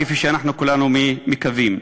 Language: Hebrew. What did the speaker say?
כפי שאנחנו כולנו מקווים.